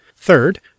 Third